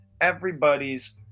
everybody's